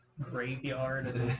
graveyard